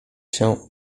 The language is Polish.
się